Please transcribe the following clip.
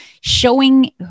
showing